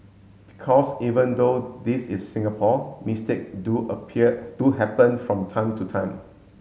because even though this is Singapore mistake do appear do happen from time to time